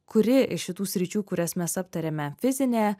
kuri iš šitų sričių kurias mes aptarėme fizinė